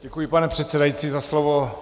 Děkuji, pane předsedající, za slovo.